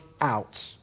out